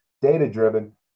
data-driven